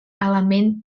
element